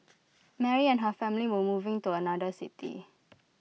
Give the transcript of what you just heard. Mary and her family were moving to another city